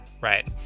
right